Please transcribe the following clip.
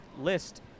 list